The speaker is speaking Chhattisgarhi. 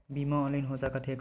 बीमा ऑनलाइन हो सकत हे का?